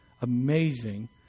amazing